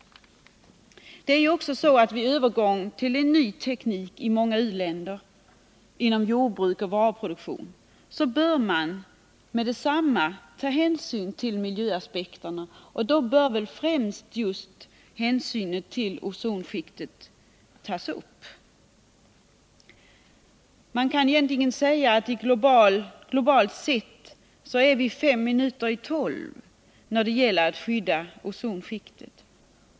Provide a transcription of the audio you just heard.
Vid övergång i många u-länder till en ny teknik inom jordbruk och varuproduktion bör man från början ta hänsyn till miljöaspekterna, varvid man väl främst bör ta upp frågan om ozonskiktet. Man kan egentligen säga att klockan globalt sett är fem minuter i tolv i fråga om skyddet av ozonskiktet.